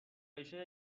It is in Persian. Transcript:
بشه